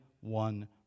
one